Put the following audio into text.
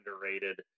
underrated